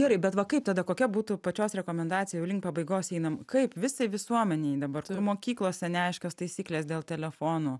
gerai bet va kaip tada kokia būtų pačios rekomendacijų link pabaigos einam kaip visai visuomenei dabar turim mokyklose neaiškias taisykles dėl telefono